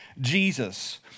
Jesus